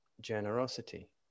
generosity